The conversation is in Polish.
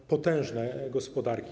To potężne gospodarki.